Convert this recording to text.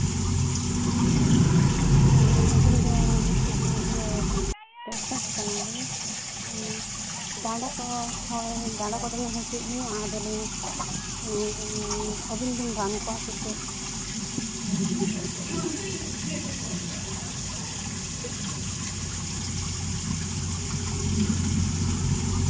ᱚ ᱟᱹᱞᱤᱧ ᱫᱚ ᱢᱤᱫᱴᱤᱡ ᱤᱭᱟᱹ ᱯᱮᱥᱮᱱᱴ ᱠᱟᱱᱟᱞᱤᱧ ᱰᱟᱸᱰᱟ ᱠᱚ ᱦᱚᱭ ᱰᱟᱸᱰᱟ ᱠᱚ ᱫᱚᱢᱮ ᱦᱟᱹᱥᱩᱭᱮᱫ ᱞᱤᱧᱟᱹ ᱟᱫᱚᱞᱤᱧ ᱟᱹᱵᱤᱱ ᱵᱤᱱ ᱨᱟᱱ ᱠᱚᱣᱟ ᱥᱮ ᱪᱮᱫ